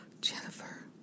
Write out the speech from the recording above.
Jennifer